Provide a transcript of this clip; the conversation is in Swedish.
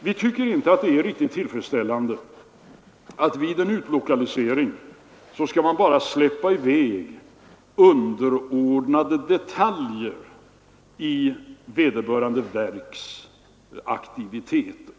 Vi tycker inte att det är riktigt tillfredsställande att vid en utlokalisering bara släppa i väg underordnade detaljer i vederbörande verks aktivitet.